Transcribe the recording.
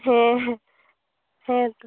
ᱦᱮᱸ ᱦᱮᱸ ᱛᱳ